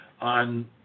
on